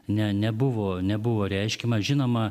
ne nebuvo nebuvo reiškiama žinoma